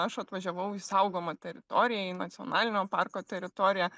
aš atvažiavau į saugomą teritoriją į nacionalinio parko teritoriją